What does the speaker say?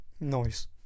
Noise